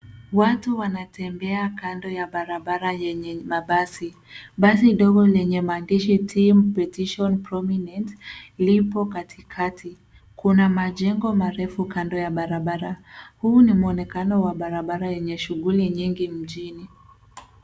Watu wanatembea kando ya barabara yenye mabasi. Basi dogo lenye maandishi cs[team petition prominent]cs lipo katikati. Kuna majengo marefu kando ya barabara. Huu ni mwonekano wa barabara yenye shuguli nyingi mjini.